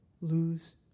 lose